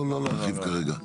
לא צריך להרחיב כרגע.